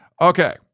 Okay